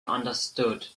understood